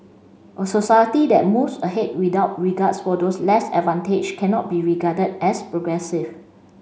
a society that moves ahead without regards for those less advantaged cannot be regarded as progressive